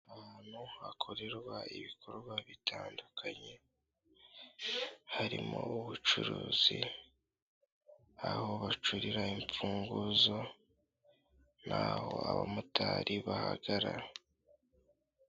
Ahantu hakorerwa ibikorwa bitandukanye, harimo ubucuruzi, aho bacurira imfunguzo, n'aho abamotari bahagara.